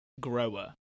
grower